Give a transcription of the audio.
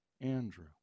Andrew